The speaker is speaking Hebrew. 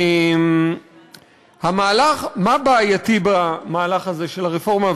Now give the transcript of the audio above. מה בעייתי במהלך הזה של הרפורמה,